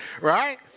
right